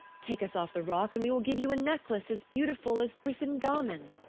take us off the rock and we will give you a necklace as beautiful as brisingamen.